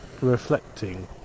reflecting